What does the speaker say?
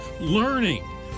learning